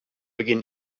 begin